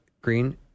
green